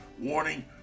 warning